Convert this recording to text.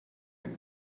and